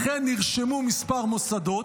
אכן נרשמו כמה מוסדות,